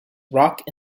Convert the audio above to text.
rock